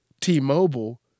T-Mobile